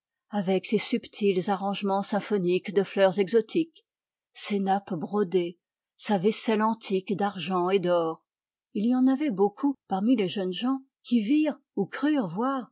avec ses subtils arrangements symphoniques de fleurs exotiques ses nappes brodées sa vaisselle antique d'argent et dor il y en avait beaucoup parmi les jeunes gens qui virent ou crurent voir